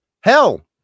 Hell